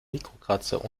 mikrokratzer